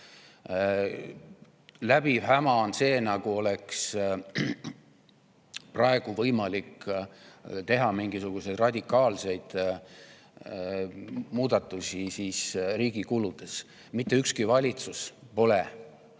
häma on see, nagu oleks praegu võimalik teha mingisuguseid radikaalseid muudatusi riigi kuludes. Mitte ükski valitsus pole